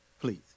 please